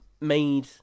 made